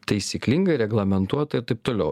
taisyklingai reglamentuota ir taip toliau